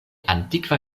antikva